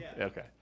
Okay